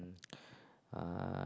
uh